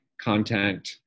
content